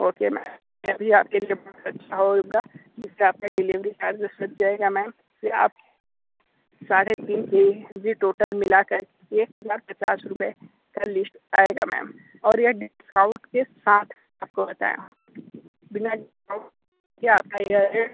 okay अभी आपके लिए अच्छा होगा जिसका आपका डिलीवरी चार्जेज लग जाएगा मैम फिर आप साढ़े तीन के जी टोटल मिलाकर पचास पचास रुपये का लिस्ट आएगा मैम और यह डिस्काउंड के साथ आपको बताया बिना के आपका यह